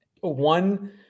One